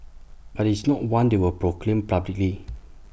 but IT is not one they will proclaim publicly